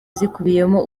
zikubiyemo